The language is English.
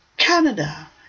Canada